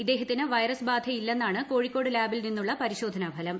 ഇദ്ദേഹത്തിന് വൈറസ് ബാധയില്ലെന്നാണ് കോഴിക്കോട് ലാബിൽ നിന്നുളള പരിശോധന ഫലം